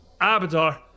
Abadar